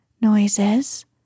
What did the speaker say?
noises